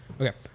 Okay